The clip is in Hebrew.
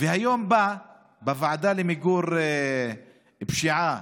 היום בוועדה למיגור פשיעה